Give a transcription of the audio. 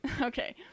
okay